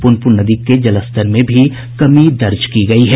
पुनपुन नदी के जलस्तर में कमी दर्ज की गयी है